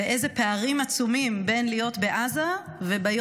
ואיזה פערים עצומים יש בין להיות בעזה ובין,